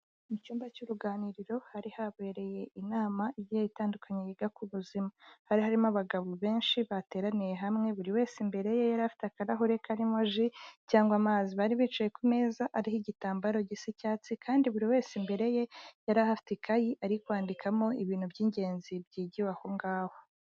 Mu cyumba cy'uruganiriro hari habereye inama igiye itandukanye yiga ku buzima, hari harimo abagabo benshi bateraniye hamwe buri wese imbere ye yari afite akarahuri karimo ji, cyangwa amazi, bari bicaye ku meza ariho igitambaro gisa cyatsi, kandi buri wese imbere ye yari ahafite ikayi ari kwandikamo ibintu by'ingenzi byigiwe aho ngaho.